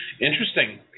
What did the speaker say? Interesting